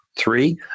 Three